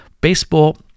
baseball